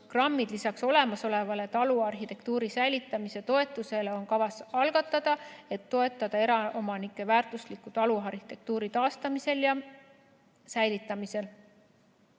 programmid lisaks olemasolevale taluarhitektuuri säilitamise toetusele on kavas algatada, et toetada eraomanikke väärtusliku taluarhitektuuri taastamisel ja säilitamisel?"